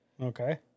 Okay